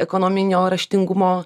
ekonominio raštingumo